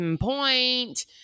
point